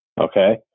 Okay